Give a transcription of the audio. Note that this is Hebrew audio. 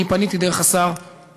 אני פניתי דרך השר,